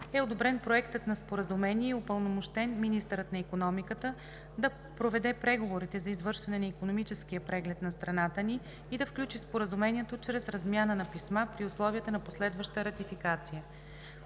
е одобрен проектът на Споразумение и е упълномощен министърът на икономиката да проведе преговорите за извършване на икономическия преглед на страната ни и да сключи споразумението чрез размяна на писма при условия на последваща ратификация.